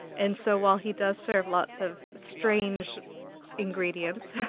and so while he does serve lots of strange ingredients,